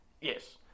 Yes